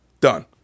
Done